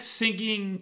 singing